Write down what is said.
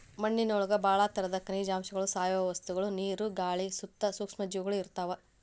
ಮಣ್ಣಿನೊಳಗ ಬಾಳ ತರದ ಖನಿಜಾಂಶಗಳು, ಸಾವಯವ ವಸ್ತುಗಳು, ನೇರು, ಗಾಳಿ ಮತ್ತ ಸೂಕ್ಷ್ಮ ಜೇವಿಗಳು ಇರ್ತಾವ